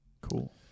Cool